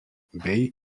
bei